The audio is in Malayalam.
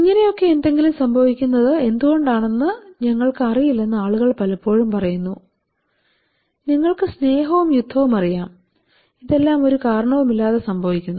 ഇങ്ങനെ ഒക്കെ എന്തെങ്കിലും സംഭവിക്കുന്നത് എന്തുകൊണ്ടാണെന്ന് ഞങ്ങൾക്ക് അറിയില്ലെന്ന് ആളുകൾ പലപ്പോഴും പറയുന്നു നിങ്ങൾക്ക് സ്നേഹവും യുദ്ധവും അറിയാം ഇതെല്ലാം ഒരു കാരണവുമില്ലാതെ സംഭവിക്കുന്നു